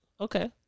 Okay